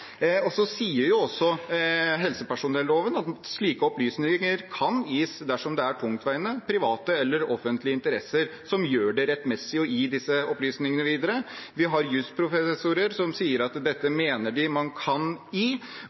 sier at slike opplysninger kan gis dersom det er tungtveiende, private eller offentlige interesser som gjør det rettmessig å gi disse opplysningene videre. Vi har jussprofessorer som sier at dette mener de man kan gi, og i